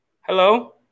Hello